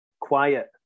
quiet